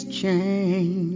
change